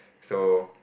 so